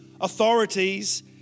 authorities